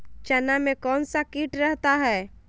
चना में कौन सा किट रहता है?